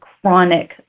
chronic